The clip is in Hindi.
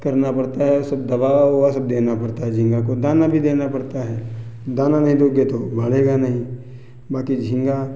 करना पड़ता है औ सब दवा ओवा सब देना पड़ता है झींगा को दाना भी देना पड़ता है दाना नहीं दोगे तो बढ़ेगा नहीं बाकी झींगा